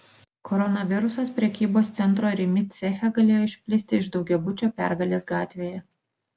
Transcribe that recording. koronavirusas prekybos centro rimi ceche galėjo išplisti iš daugiabučio pergalės gatvėje